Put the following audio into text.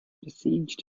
besieged